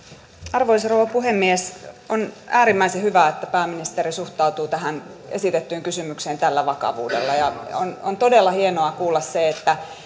arvoisa rouva puhemies on äärimmäisen hyvä että pääministeri suhtautuu tähän esitettyyn kysymykseen tällä vakavuudella ja on todella hienoa kuulla se että